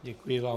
Děkuji vám.